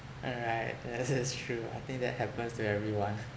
oh right that is true I think that happens to everyone